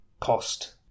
cost